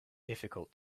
difficult